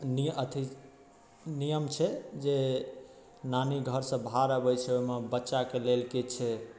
नि अथी नियम छै जे नानी घर सँ भार अबै छै ओहिमे बच्चा के लेल किछु